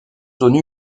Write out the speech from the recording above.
zones